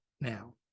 now